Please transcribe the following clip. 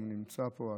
אם הוא נמצא פה,